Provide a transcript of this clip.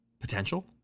potential